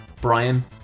Brian